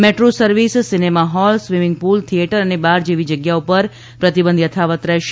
metro service cinema hall swimming pool theatre અને bar જેવી જગ્યા પર પ્રતિબંધ થથાવત રહેશે